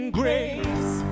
grace